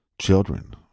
children